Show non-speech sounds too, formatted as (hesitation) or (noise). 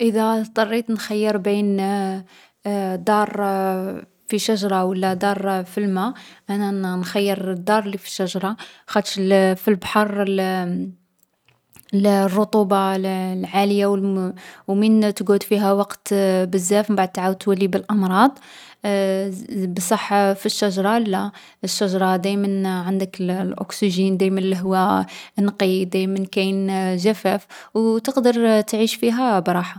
﻿إذا اضطريت نخيّر بين (hesitation) دار (hesitation) في شجرة ولا دار في الما، أنا ن-نخيّر الدار اللي في الشجرة. خاطش ل-في البحر (hesitation) الرطوبة (hesitation) العالية و مين تقعد فيها وقت (hesitation) بزاف مبعد تعاود تولي بالأمراض، (hesitation) بالصح في الشجرة لا، الشجرة دايمن عندك الأوكسيجين دايمن الهوا نقي، دايمن كاين (hesitation) جفاف. وتقدر تعيش فيها.